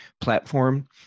platform